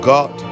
God